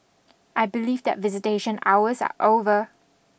I believe that visitation hours are over